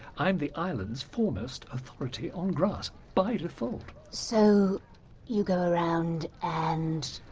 i'm the island's foremost authority on grass. by default. so you go around and,